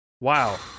Wow